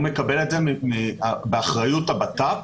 זה באחריות הבט"פ,